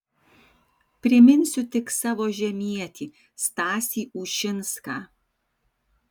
priminsiu tik savo žemietį stasį ušinską